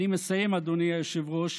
אני מסיים, אדוני היושב-ראש,